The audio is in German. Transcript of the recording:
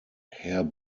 herr